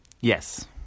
Yes